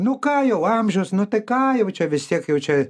nu ką jau amžius nu tai ką jau čia vis tiek jau čia